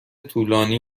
طولانی